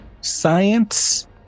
science